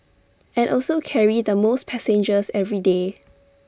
and also carry the most passengers every day